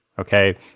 Okay